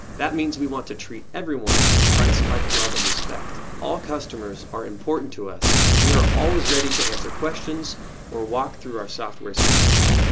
that means we want to treat everyone with christ-like love and respect. all customers are important to us, and we are always ready to answer questions or walk through our software's features.